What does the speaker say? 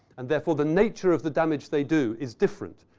and therefore, the nature of the damage they do is different.